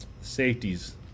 safeties